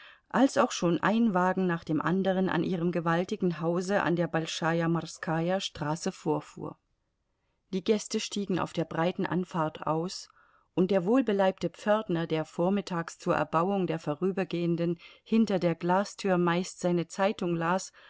als auch schon ein wagen nach dem anderen an ihrem gewaltigen hause an der bolschaja morskaja straße vorfuhr die gäste stiegen auf der breiten anfahrt aus und der wohlbeleibte pförtner der vormittags zur erbauung der vorübergehenden hinter der glastür meist seine zeitung las